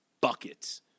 buckets